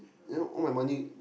and now all my money